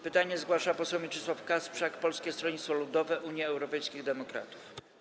Pytanie zgłasza poseł Mieczysław Kasprzak, Polskie Stronnictwo Ludowe - Unia Europejskich Demokratów.